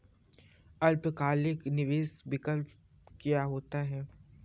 अल्पकालिक निवेश विकल्प क्या होता है?